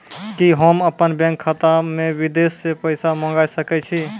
कि होम अपन बैंक खाता मे विदेश से पैसा मंगाय सकै छी?